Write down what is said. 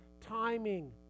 timing